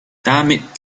damit